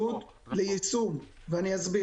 -- חוש פשוט ליישום, ואני אסביר.